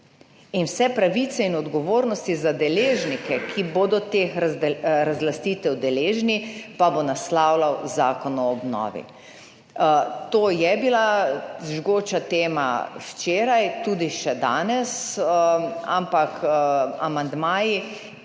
in vse pravice in odgovornosti za deležnike, ki bodo teh razlastitev deležni pa bo naslavljal Zakon o obnovi. To je bila žgoča tema včeraj, tudi še danes, ampak amandmaji,